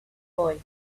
voice